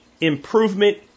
improvement